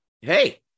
hey